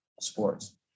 sports